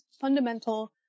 fundamental